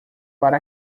para